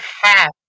half